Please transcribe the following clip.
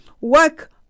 work